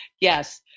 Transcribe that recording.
yes